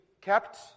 kept